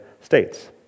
States